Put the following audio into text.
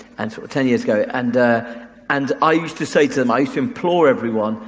and so ten years ago and and i used to say to them, i used to implore everyone,